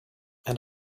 and